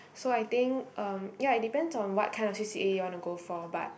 so I think um ya it depends on what kind of C_C_A you wanna go for but